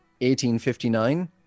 1859